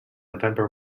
november